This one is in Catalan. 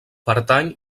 pertany